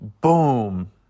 boom